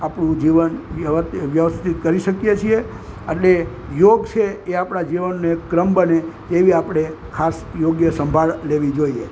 આપણું જીવન વ્યવર્થી વ્યવસ્થિત કરી શકીએ છીએ અને યોગ છે એ આપણા જીવનને ક્રમ બને એવી આપણે ખાસ કરીને એવી યોગ્ય સંભાળ લેવી જોઈએ